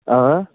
آ